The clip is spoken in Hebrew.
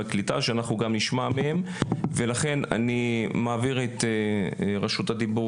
לכן אני מעביר את רשות הדיבור